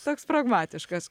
toks pragmatiškas